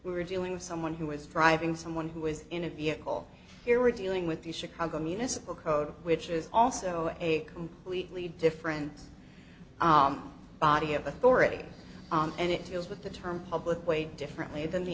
we were dealing with someone who was driving someone who was in a vehicle here we're dealing with the chicago municipal code which is also a completely different body of authority and it deals with the term public way differently than the